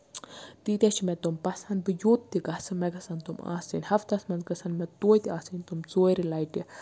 تیٖتیاہ چھِ مےٚ تِم پَسَنٛد بہٕ یوٚت تہِ گَژھٕ مےٚ گَژھَن تِم آسٕنۍ ہَفتَس مَنٛز گَژھَن مےٚ توتہِ آسٕنۍ تِم ژورِ لَٹہِ